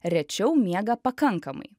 rečiau miega pakankamai